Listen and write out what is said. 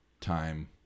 time